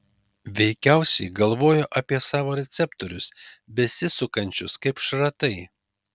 veikiausiai galvojo apie savo receptorius besisukančius kaip šratai